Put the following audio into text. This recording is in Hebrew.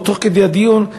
או תוך כדי הדיון,